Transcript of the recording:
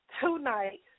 tonight